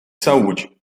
saúde